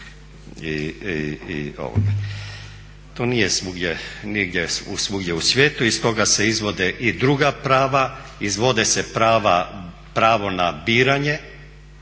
To nije svugdje u svijetu i stoga se izvode i druga prava, izvode se pravo na biranje,